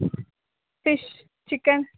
fish chicken